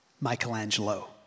Michelangelo